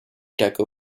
deco